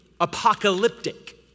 apocalyptic